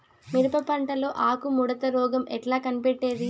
మిరప పంటలో ఆకు ముడత రోగం ఎట్లా కనిపెట్టేది?